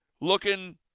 looking